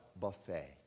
buffet